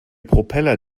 propeller